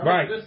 Right